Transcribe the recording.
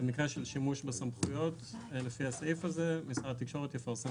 במקרה של שימוש בסמכויות לפי הסעיף הזה משרד התקשורת יפרסם